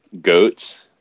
goats